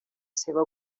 seva